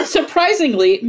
Surprisingly